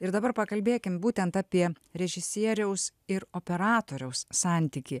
ir dabar pakalbėkim būtent apie režisieriaus ir operatoriaus santykį